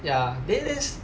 ya then this